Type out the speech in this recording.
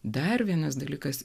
dar vienas dalykas